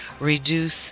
Reduce